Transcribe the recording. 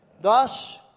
Thus